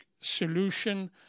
Solution